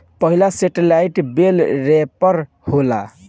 पहिला सेटेलाईट बेल रैपर होला